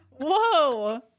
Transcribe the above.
Whoa